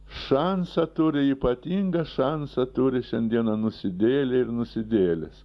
šansą turi ypatingą šansą turi šiandieną nusidėjėliai ir nusidėjėlės